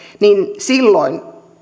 niin silloin